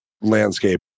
landscape